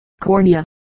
cornea